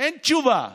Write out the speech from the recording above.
אין תשובה.